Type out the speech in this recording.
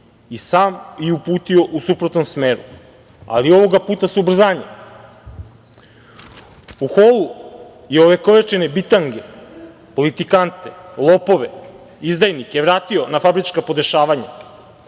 i sam je uputio u suprotnom smeru, ali ovoga puta sa ubrzanjem. U holu je ovekovečene bitange, politikante, lopove, izdajnike vratio na fabrička podešavanja,